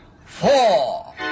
four